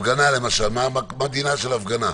מה דינה של הפגנה?